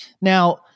Now